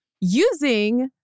using